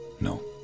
no